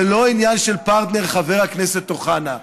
זה לא עניין של פרטנר, חבר הכנסת אוחנה.